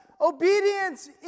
obedience